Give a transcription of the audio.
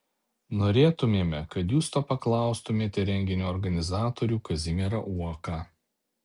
norėtumėme kad jūs to paklaustumėte renginio organizatorių kazimierą uoką